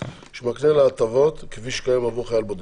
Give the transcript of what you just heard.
שמקנה לה הטבות כפי שקיים עבור חייל בודד.